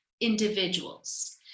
individuals